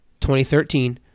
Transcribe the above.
2013